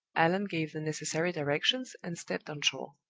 allan gave the necessary directions, and stepped on shore.